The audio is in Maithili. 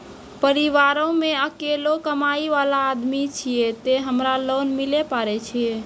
परिवारों मे अकेलो कमाई वाला आदमी छियै ते हमरा लोन मिले पारे छियै?